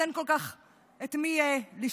אז אין כל כך את מי לשלוח.